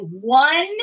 one